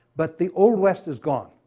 but the old west is gone.